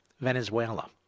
Venezuela